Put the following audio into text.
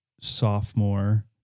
sophomore